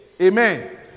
Amen